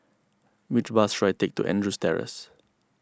which bus should I take to Andrews Terrace